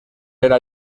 era